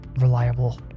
reliable